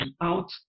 out